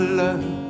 love